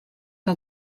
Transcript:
que